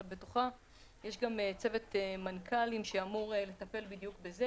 אבל בתוכה יש גם צוות מנכ"לים שאמור לטפל בדיוק בזה.